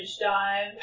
dive